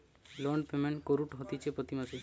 loan payment কুরঢ হতিছে প্রতি মাসে